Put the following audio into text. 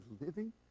living